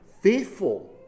faithful